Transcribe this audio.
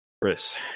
Chris